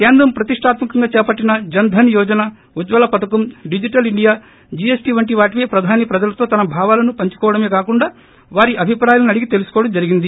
కేంద్ర ప్రతిష్లాత్మకంగా చేపట్టిన జన్ధన్ యోజన ఉజ్వల పథకం డిజిటల్ ఇండియా జీఎస్టీ వంటి వాటిపై ప్రధాని ప్రజలతో తన భావాలను పంచుకోవడమే కాకుండా వారి అభిప్రాయాలను అడిగి తెలుసుకోవడం జరిగింది